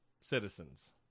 citizens